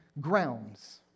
grounds